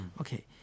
Okay